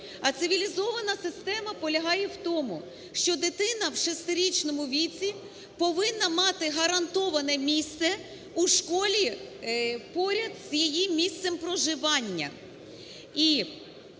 А цивілізована система полягає в тому, що дитина в шестирічному віці повинна мати гарантоване місце у школі поряд з її місцем проживання.